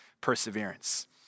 perseverance